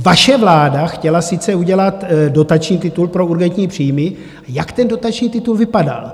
Vaše vláda chtěla sice udělat dotační titul pro urgentní příjmy, jak ten dotační titul vypadal?